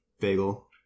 Bagel